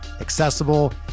accessible